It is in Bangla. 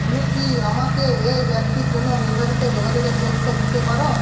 তুমি কি আমাকে এই ব্যক্তির জন্য নির্ধারিত যোগাযোগের তথ্য দিতে পারো